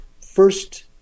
first